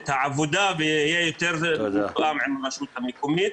את העבודה ויהיה יותר מתואם עם הרשות המקומית